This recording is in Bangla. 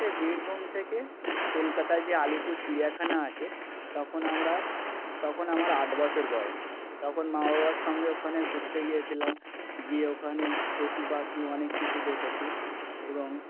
বীরভূম থেকে কলকাতায় যে আলিপুর চিড়িয়াখানা আছে তখন আমরা তখন আমার আট বছর বয়েস তখন মা বাবার সঙ্গে ওখানে ঘুরতে গিয়েছিলাম গিয়ে ওখানে পশু পাখি অনেক কিছু দেখেছি এবং